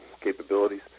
capabilities